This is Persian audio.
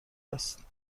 است